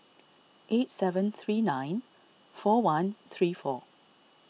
eight seven three nine four one three four